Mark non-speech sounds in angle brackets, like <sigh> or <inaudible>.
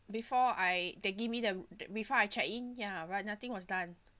before I they give me the <noise> before I check-in ya but nothing was done